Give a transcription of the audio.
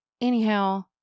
Anyhow